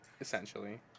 essentially